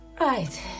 right